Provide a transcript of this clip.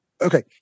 Okay